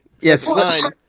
Yes